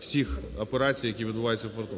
всіх операцій, які відбуваються в порту.